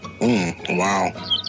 wow